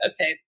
Okay